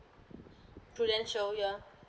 prudential ya